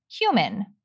human